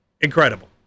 Incredible